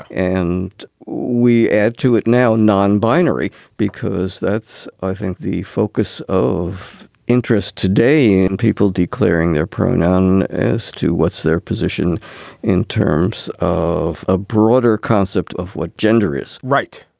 and we add to it now non-binary because that's i think the focus of interest today in people declaring their pronoun as to what's their position in terms of a broader concept of what gender is right.